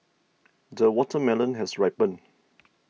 the watermelon has ripened